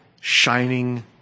shining